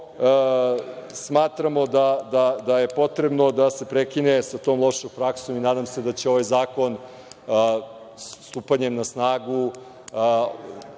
što smatramo da je potrebno da se prekine sa tom lošom praksom i nadam se da će ovaj zakon stupanjem na snagu,